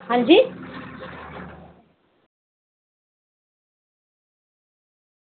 आं जी